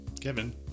Kevin